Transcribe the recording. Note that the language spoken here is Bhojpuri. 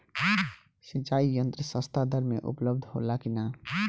सिंचाई यंत्र सस्ता दर में उपलब्ध होला कि न?